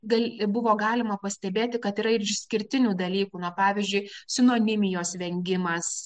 tai buvo galima pastebėti kad yra ir išskirtinių dalykų na pavyzdžiui sinonimijos vengimas